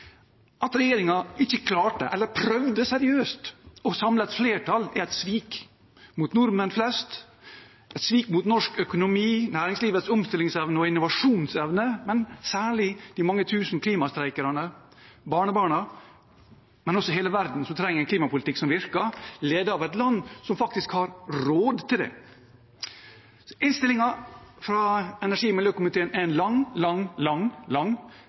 At regjeringen ikke klarte, eller prøvde seriøst, å samle et flertall, er et svik mot nordmenn flest og et svik mot norsk økonomi og næringslivets omstillingsevne og innovasjonsevne, men særlig mot de mange tusen klimastreikerne, mot barnebarna – og også mot hele verden, som trenger en klimapolitikk som virker, ledet av et land som faktisk har råd til det. Innstillingen fra energi- og miljøkomiteen er en lang, lang, lang, lang